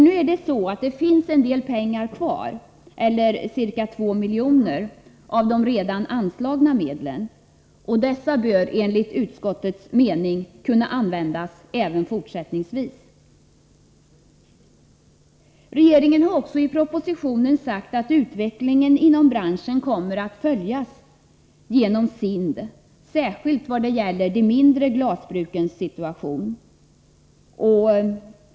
Nu finns det en del pengar kvar, ca 2 milj.kr., av redan anslagna medel. Dessa bör enligt utskottets mening kunna användas även fortsättningsvis. Regeringen har också i propositionen sagt att utvecklingen inom branschen kommer att följas genom SIND, särskilt vad det gäller de mindre glasbrukens situation.